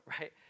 right